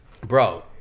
bro